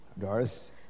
Doris